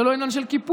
זה לא עניין של קיפוח.